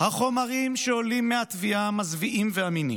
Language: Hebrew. "החומרים אשר עולים מהתביעה מזוויעים ואמינים.